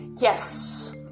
Yes